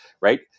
right